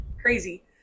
crazy